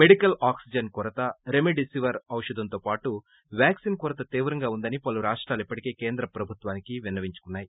medical oxygen కోరత remdesivir ఔషధంతో పాటు వ్యాక్సిన్ కోరత తీవ్రంగా ఉందని పలు రాష్టాలు ఇప్పటికే కేంద్ర ప్రభుత్వానికి విన్న వించుకున్నాయి